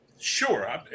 Sure